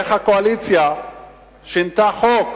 איך הקואליציה שינתה חוק